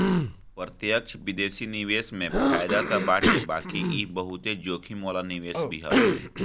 प्रत्यक्ष विदेशी निवेश में फायदा तअ बाटे बाकी इ बहुते जोखिम वाला निवेश भी हवे